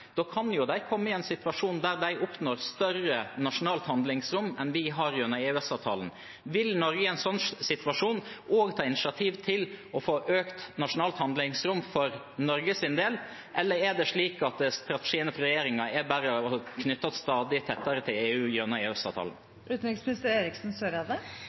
Da kan de komme i en situasjon der de oppnår større nasjonalt handlingsrom enn vi har gjennom EØS-avtalen. Vil vi i en sånn situasjon ta initiativ til å få økt nasjonalt handlingsrom for Norges del, eller er det slik at strategien fra regjeringen bare er å knytte oss stadig tettere til EU gjennom